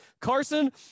Carson